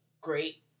great